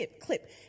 clip